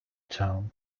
town